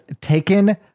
taken